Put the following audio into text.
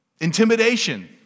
Intimidation